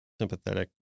sympathetic